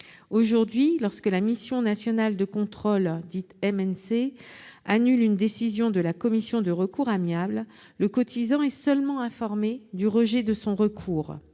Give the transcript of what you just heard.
Aujourd'hui, lorsque la mission nationale de contrôle, la MNC, annule une décision de la commission de recours amiable, le cotisant est seulement informé du rejet de son recours.